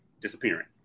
disappearing